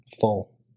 full